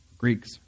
Greeks